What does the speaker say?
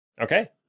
Okay